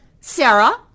Sarah